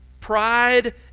pride